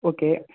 okay